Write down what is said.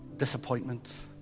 disappointments